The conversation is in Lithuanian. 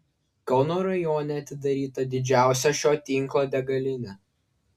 kauno rajone atidaryta didžiausia šio tinklo degalinė